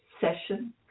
session